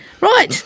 right